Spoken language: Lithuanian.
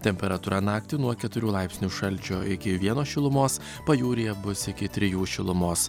temperatūra naktį nuo keturių laipsnių šalčio iki vieno šilumos pajūryje bus iki trijų šilumos